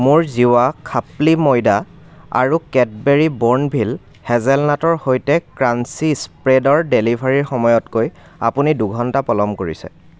মোৰ জিৱা খাপ্লি ময়দা আৰু কেটবেৰী বোৰ্ণ ভিল হেজেলনাটৰ সৈতে ক্ৰাঞ্চি স্প্ৰেডৰ ডেলিভাৰীৰ সময়তকৈ আপুনি দুঘণ্টা পলম কৰিছে